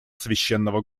священного